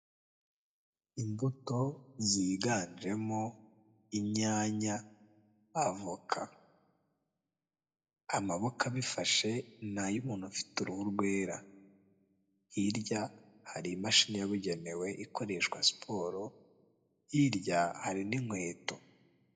Imbuto ziganjemo inyanya, avoka, amaboko abifashe ni ay'umuntu ufite uruhu rwera, hirya hari imashini yabugenewe ikoreshwa siporo, hirya hari n'inkweto.